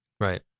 Right